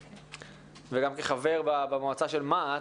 וגם כחבר במועצה של מה"ט,